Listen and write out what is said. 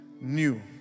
new